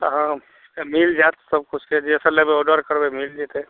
तऽ हाँ से मिलि जाएत सबकिछुके जइसे लेबै ऑडर करबै मिलि जएतै